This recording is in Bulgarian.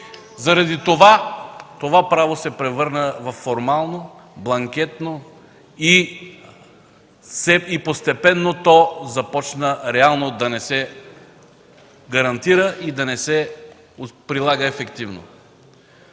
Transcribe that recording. конституционно право се превърна във формално, бланкетно и постепенно започна реално да не се гарантира и да не се прилага ефективно.